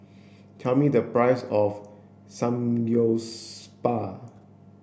tell me the price of Samgyeopsal